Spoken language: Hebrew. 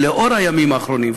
ולנוכח הימים האחרונים,